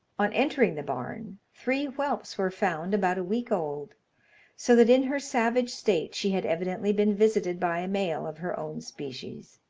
on entering the barn, three whelps were found about a week old so that in her savage state she had evidently been visited by a male of her own species.